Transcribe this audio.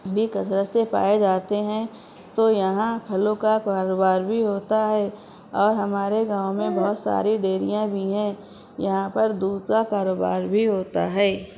بھی کثرت سے پائے جاتے ہیں تو یہاں پھلوں کا کاروبار بھی ہوتا ہے اور ہمارے گاؤں میں بہت ساری ڈیریاں بھی ہیں یہاں پر دودھ کا کاروبار بھی ہوتا ہے